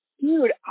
dude